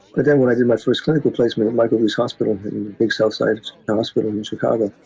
but then when i did my first clinical placement at michael reese hospital, a big south side hospital in chicago,